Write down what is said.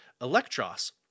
Electros